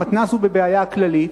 המתנ"ס בבעיה כללית,